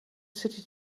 city